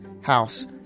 house